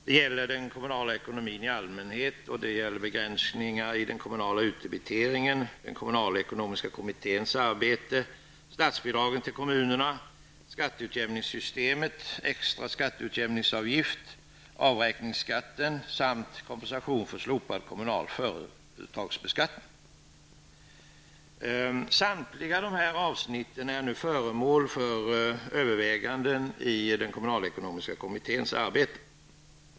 Det gäller den kommunala ekonomin i allmänhet, begränsningar i den kommunala utdebiteringen, den kommunalekonomiska kommitténs arbete, statsbidragen till kommunerna, skatteutjämningssystemet, extra skatteutjämningsavgift, avräkningsskatterna samt kompensation för slopad kommunal företagsbeskattning. Samtliga dessa avsnitt är nu föremål för överväganden i den kommunalekonomiska kommitténs arbete.